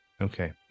okay